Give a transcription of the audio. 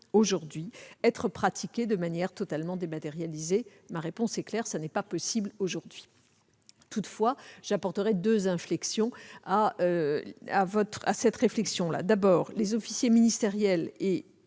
aujourd'hui être pratiquées de manière totalement dématérialisée. Ma réponse est claire : ce n'est pas possible aujourd'hui. Toutefois, j'apporterai deux inflexions à cette réflexion. D'une part, les officiers publics et